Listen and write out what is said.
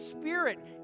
Spirit